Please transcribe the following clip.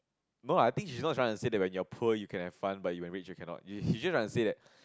no ah I think she's not trying to say that when you are poor you can have fun but when you are rich you cannot she's just trying to say that